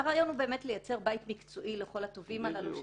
הרעיון הוא לייצר בית מקצועי לכל התובעים הללו,